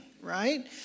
right